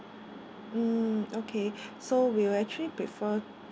mm okay so we'll actually prefer